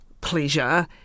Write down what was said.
pleasure